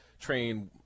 train